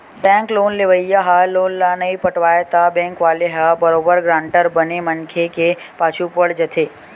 bank loan लेवइया ह loan ल नइ पटावय त बेंक वाले ह बरोबर गारंटर बने मनखे के पाछू पड़ जाथे